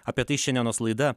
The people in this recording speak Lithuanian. apie tai šiandienos laida